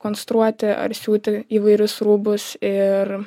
konstruoti ar siūti įvairius rūbus ir